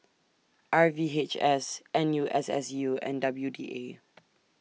R V H S N U S S U and W D A